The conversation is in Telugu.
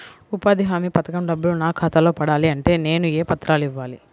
ఉపాధి హామీ పథకం డబ్బులు నా ఖాతాలో పడాలి అంటే నేను ఏ పత్రాలు ఇవ్వాలి?